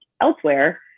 elsewhere